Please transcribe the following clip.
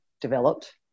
developed